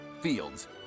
Fields